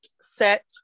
Set